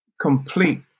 complete